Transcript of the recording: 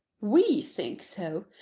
we think so.